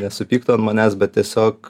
nesupyktų an manęs bet tiesiog